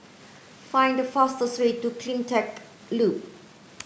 find the fastest way to CleanTech Loop